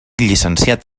llicenciat